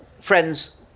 friends